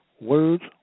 words